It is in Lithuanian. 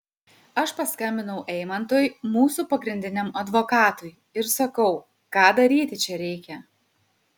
aš paskambinau eimantui mūsų pagrindiniam advokatui ir sakau ką daryti čia reikia